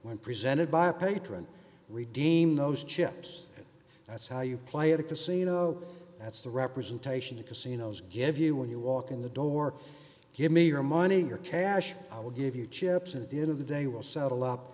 when presented by a patron redeem those chips and that's how you play at a casino that's the representation the casinos give you when you walk in the door give me your money your cash i'll give you chips at the end of the day we'll settle up